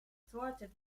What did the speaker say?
thwarted